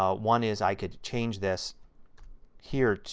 ah one is i can change this here,